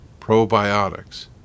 probiotics